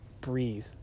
breathe